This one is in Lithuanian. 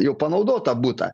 jau panaudotą butą